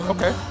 Okay